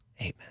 amen